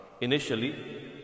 initially